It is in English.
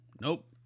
Nope